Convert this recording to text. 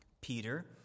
Peter